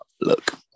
look